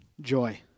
Joy